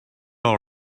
all